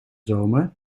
zomer